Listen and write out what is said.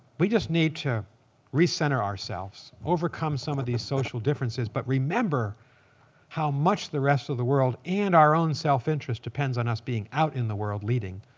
we just need to recenter ourselves, overcome some of these social differences. but remember how much the rest of the world and our own self-interest depends on us being out in the world leading,